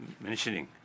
mentioning